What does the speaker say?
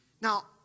Now